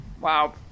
Wow